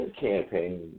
campaign